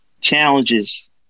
Challenges